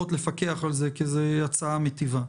לפקח על זה פחות כי זאת הצעה מיטיבה.